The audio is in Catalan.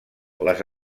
les